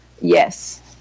Yes